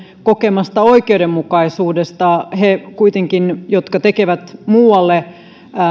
kokemasta oikeudenmukaisuudesta kuitenkin he jotka tekevät muualle